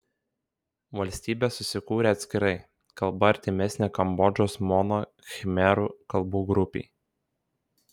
valstybė susikūrė atskirai kalba artimesnė kambodžos mono khmerų kalbų grupei